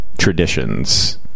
Traditions